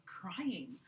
crying